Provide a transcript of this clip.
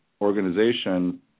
organization